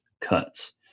cuts